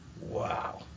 Wow